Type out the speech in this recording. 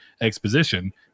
exposition